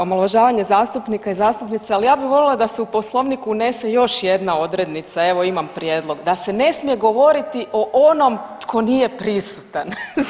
Omalovažavanje zastupnika i zastupnica, ali ja bih voljela da se u Poslovnik unese još jedna odrednica, evo imam prijedlog da se ne smije govoriti o onom tko nije prisutan.